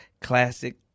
Classic